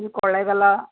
ಇದು ಕೊಳ್ಳೇಗಾಲ